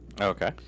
okay